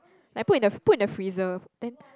like put in the put in the freezer and